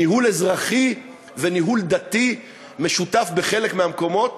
ניהול אזרחי וניהול דתי משותף, בחלק מהמקומות,